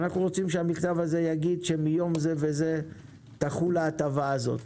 אנו רוצים שהוא יאמר שמיום זה וזה תחול ההטבה הזאת,